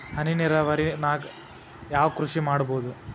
ಹನಿ ನೇರಾವರಿ ನಾಗ್ ಯಾವ್ ಕೃಷಿ ಮಾಡ್ಬೋದು?